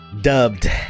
dubbed